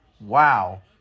Wow